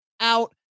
out